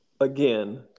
again